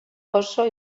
oso